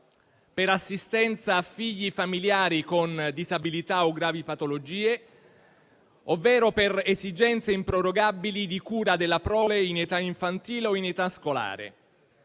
per assistenza a figli e familiari con disabilità o gravi patologie, ovvero per esigenze improrogabili di cura della prole in età infantile o in età scolare,